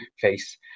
face